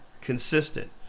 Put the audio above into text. consistent